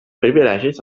privilegis